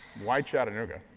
why chattanooga?